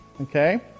Okay